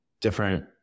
different